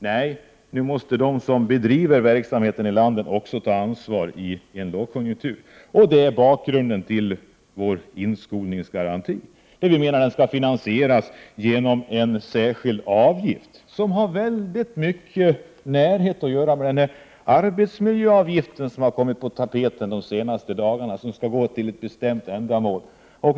Nej, nu måste de som bedriver verksamheten i landet ta ansvar också i en lågkonjunktur. Det är bakgrunden till vårt förslag om en inskolningsgaranti. Vi menar att den skall finansieras genom en särskild avgift, som har väldigt 923 mycket gemensamt med den arbetsmiljöavgift som kommit på tapeten de senaste dagarna och som skall gå till ett bestämt ändamål.